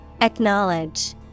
Acknowledge